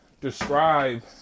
describe